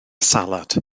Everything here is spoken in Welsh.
salad